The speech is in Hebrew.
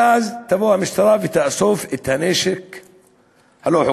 ואז תבוא המשטרה ותאסוף את הנשק הלא-חוקי.